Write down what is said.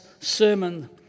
sermon